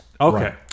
Okay